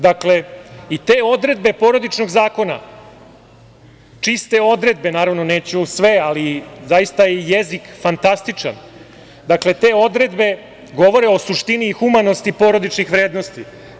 Dakle, i te odredbe Porodičnog zakona, čiste odredbe naravno, neću sve, ali zaista je jezik fantastičan, dakle te odredbe govore o suštini i humanosti porodičnih vrednosti.